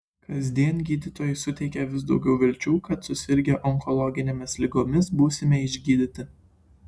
kasdien gydytojai suteikia vis daugiau vilčių kad susirgę onkologinėmis ligomis būsime išgydyti